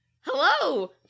Hello